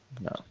No